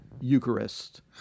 Eucharist